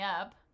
up